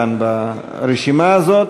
כאן ברשימה הזאת.